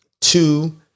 two